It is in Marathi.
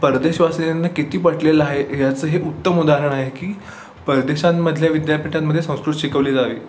परदेशवासियांना किती पटलेलं आहे ह्याचं हे उत्तम उदाहरण आहे की परदेशांमधल्या विद्यापीठांमध्ये संस्कृत शिकवले जावे